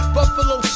Buffalo